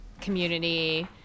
community